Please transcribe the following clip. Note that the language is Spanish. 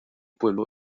pueblo